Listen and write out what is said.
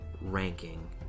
ranking